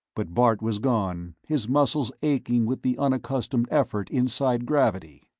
but bart was gone, his muscles aching with the unaccustomed effort inside gravity.